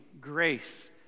grace